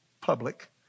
public